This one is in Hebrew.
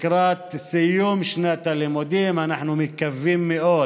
לקראת סיום שנת הלימודים אנחנו מקווים מאוד